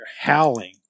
howling